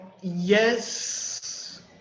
Yes